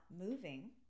moving